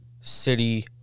city